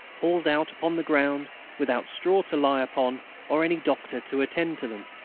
hauled out upon the ground without straw to lie upon or any doctor to attend to them.